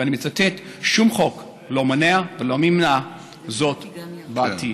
ואני מצטט: "שום חוק לא מונע ולא ימנע זאת בעתיד".